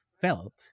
felt